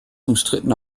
umstritten